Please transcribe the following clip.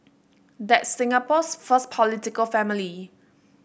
that's Singapore's first political family